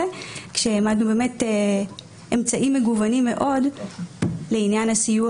כשהעמדנו באמת אמצעים מגוונים מאוד לעניין הסיוע